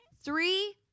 Three